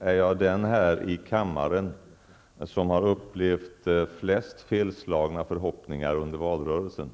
är jag den här i kammaren som har upplevt de flesta felslagna förhoppningarna under valrörelsen.